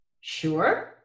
Sure